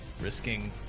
risking